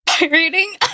reading